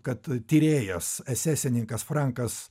kad tyrėjas esesininkas frankas